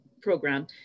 program